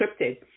scripted